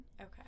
Okay